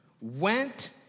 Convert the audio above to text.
went